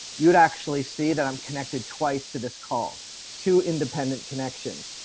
you'd actually see that i'm connected twice to this call to independent connections.